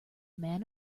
man